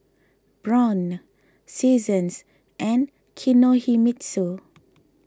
Braun Seasons and Kinohimitsu